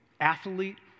athlete